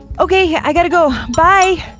okay, i gotta go, bye!